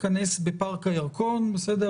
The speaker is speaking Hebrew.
נוקב בתאריך 8 באוגוסט בשל סיבה אחת,